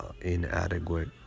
inadequate